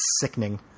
sickening